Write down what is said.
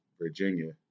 Virginia